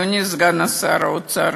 אדוני סגן שר האוצר,